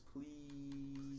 please